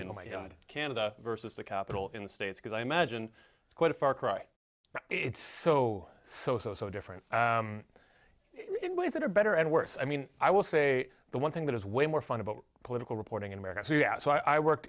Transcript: my canada versus the capital in the states because i imagine it's quite a far cry it's so so so so different it ways that are better and worse i mean i will say the one thing that is way more fun about political reporting in america so